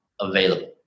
available